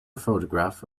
photograph